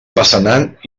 passanant